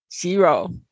Zero